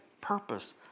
purpose